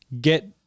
get